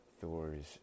Thor's